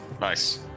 Nice